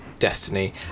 Destiny